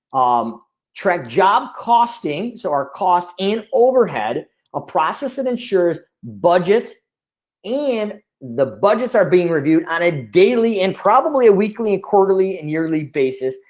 um track job costing so or cost and overhead a process that ensures budgets and the budgets are being reviewed on a daily and probably a weekly quarterly and yearly basis,